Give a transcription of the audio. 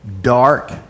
dark